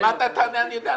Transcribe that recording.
מה שאתה תענה אני יודע,